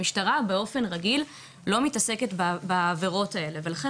המשטרה באופן רגיל לא מתעסקת בעבירות האלה ולכן